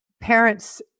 parents